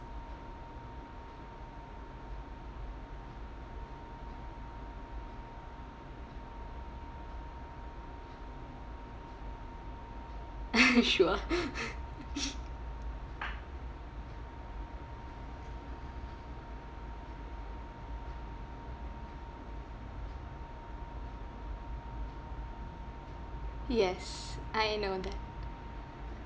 sure yes I know that